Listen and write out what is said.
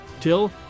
till